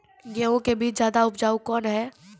गेहूँ के बीज ज्यादा उपजाऊ कौन है?